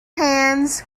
hands